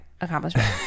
accomplishment